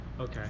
Okay